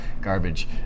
garbage